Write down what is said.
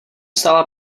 stála